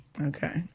okay